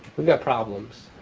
we've got problems.